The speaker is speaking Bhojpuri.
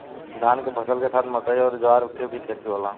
धान के फसल के साथे मकई अउर ज्वार के भी खेती होला